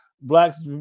blacks